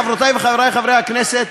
חברותי וחברי חברי הכנסת,